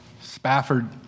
Spafford